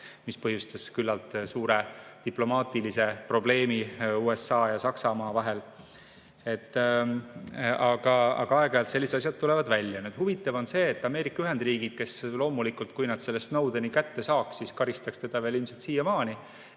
mis põhjustas küllalt suure diplomaatilise probleemi USA ja Saksamaa vahel. Aga aeg-ajalt sellised asjad tulevad välja. Huvitav on see, et Ameerika Ühendriigid – loomulikult, kui nad selle Snowdeni kätte saaks, siis karistaks teda ilmselt veel siiamaani